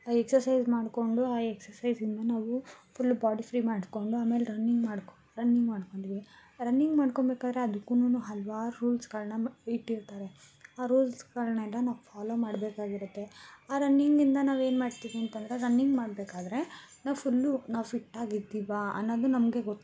exercise ಮಾಡಿಕೊಂಡು ಆ ಎಕ್ಸರ್ಸೈಝಿಂದ ನಾವು ಫುಲ್ಲು ಬಾಡಿ ಫ್ರೀ ಮಾಡಿಕೊಂಡು ಆಮೇಲೆ ರನ್ನಿಂಗ್ ಮಾಡಿಕೋ ರನ್ನಿಂಗ್ ಮಾಡಿಕೊಂಡ್ವಿ ರನ್ನಿಂಗ್ ಮಾಡ್ಕೊಂಬೇಕಾರೆ ಅದಕ್ಕೂನು ಹಲವಾರು ರೂಲ್ಸ್ಗಳನ್ನ ಇಟ್ಟಿರ್ತಾರೆ ಆ ರೂಲ್ಸ್ಗಳನ್ನೆಲ್ಲ ನಾವು ಫಾಲೋ ಮಾಡಬೇಕಾಗಿರತ್ತೆ ಆ ರನ್ನಿಂಗಿಂದ ನಾವೇನು ಮಾಡ್ತೀವಿ ಅಂತಂದರೆ ರನ್ನಿಂಗ್ ಮಾಡ್ಬೇಕಾದ್ರೆ ನಾವು ಫುಲ್ಲು ನಾವು ಫಿಟ್ಟಾಗಿರ್ತಿವಾ ಅನ್ನೋದು ನಮಗೆ ಗೊತ್ತಾಗತ್ತೆ